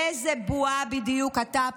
באיזה בועה בדיוק אתה,